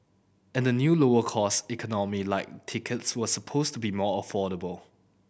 and the new lower cost Economy Lite tickets were supposed to be more affordable